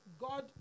God